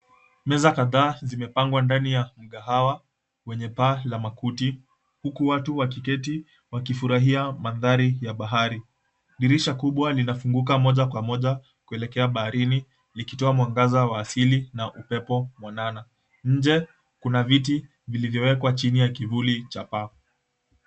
Meza kadhaa, zimepangwa ndani ya mkahawa wenye paa la makuti. Huku watu wakiketi wakifurahia mandhari ya bahari. Dirisha kubwa linafunguka moja kwa moja kuelekea baharini, likitoa mwangaza wa asili na upepo mwanana. Nje kuna viti vilivyowekwa chini ya kivuli cha paa.